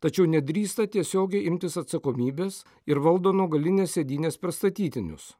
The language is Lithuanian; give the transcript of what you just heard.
tačiau nedrįsta tiesiogiai imtis atsakomybės ir valdo nuo galinės sėdynės per statytinius